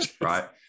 right